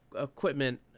equipment